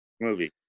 Movie